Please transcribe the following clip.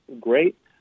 great